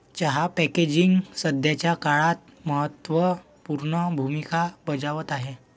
चहा पॅकेजिंग सध्याच्या काळात महत्त्व पूर्ण भूमिका बजावत आहे